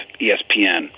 ESPN